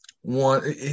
one